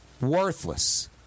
worthless